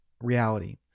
reality